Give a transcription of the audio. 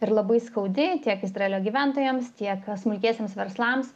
ir labai skaudi tiek izraelio gyventojams tiek smulkiesiems verslams